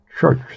church